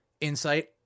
insight